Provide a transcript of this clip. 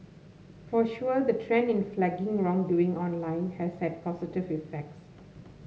for sure the trend in flagging wrong doing online has had positive effects